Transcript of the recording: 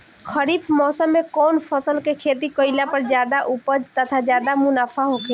खरीफ़ मौसम में कउन फसल के खेती कइला पर ज्यादा उपज तथा ज्यादा मुनाफा होखेला?